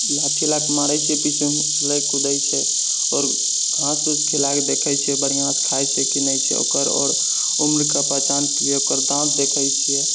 लाठी लए कऽ मारै छियै पीछेमे उछलै कुदै छै आओर घास उस खिलाए कऽ देखै छियै बढ़िआँसँ खाइ छै की नहि छै ओकर आओर उम्रकेँ पहिचानके लिए ओकर दाँत देखै छियै